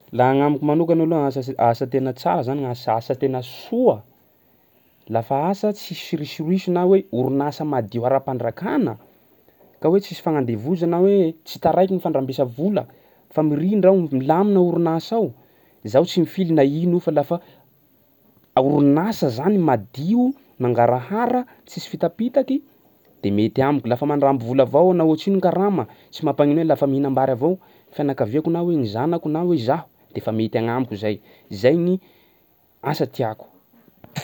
Laha agnamiko manokana asa s- asa tena tsara zany gn'as- asa tena soa, lafa asa tsisy risoriso na hoe orinasa madio ara-pandrakana ka hoe tsisy fagnandevozana hoe tsy taraiky gny fandrambesa vola fa mirindra milamina orinasa ao, zaho tsy mifily na ino io fa lafa a- orinasa zany madio mangarahara tsisy fitapitaky de mety amiko. Lafa mandramby vola avao aho na ohatrino karama tsy mampagnino lafa mihinam-bary avao fianakaviako na hoe gny zanako na hoe zaho de fa mety agnamiko zay. Zay ny asa tiàko.